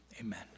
Amen